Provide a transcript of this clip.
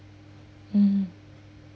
mm